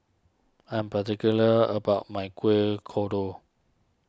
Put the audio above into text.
I am particular about my Kuih Kodok